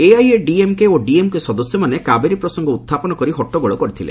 ଏଆଇଏଡିଏମ୍କେ ଓ ଡିଏମ୍କେ ସଦସ୍ୟମାନେ କାବେରୀ ପ୍ରସଙ୍ଗ ଉତ୍ଥାପନ କରି ହଟ୍ଟଗୋଳ କରିଥିଲେ